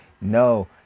No